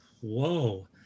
whoa